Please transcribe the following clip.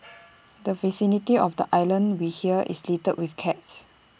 the vicinity of the island we hear is littered with cats